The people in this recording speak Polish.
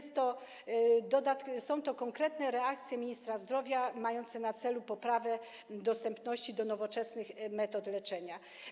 Są to konkretne reakcje ministra zdrowia mające na celu poprawę dostępności nowoczesnych metod leczenia.